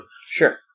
Sure